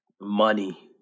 Money